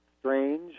strange